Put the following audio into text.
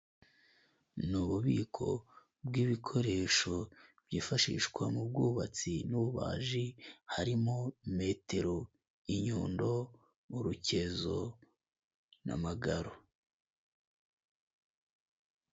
Ni ububiko bw'ibikoresho byifashishwa mu bwubatsi n'ububaji harimo metero, inyundo, urukezo n'amagaro.